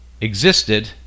existed